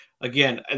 again